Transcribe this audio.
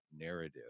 narrative